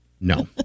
No